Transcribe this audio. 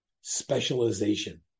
specialization